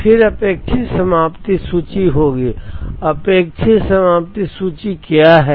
और फिर अपेक्षित समाप्ति सूची होगी अपेक्षित समाप्ति सूची क्या है